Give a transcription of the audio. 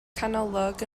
canolog